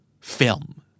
Film